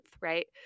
right